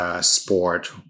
sport